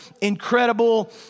incredible